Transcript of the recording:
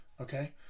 Okay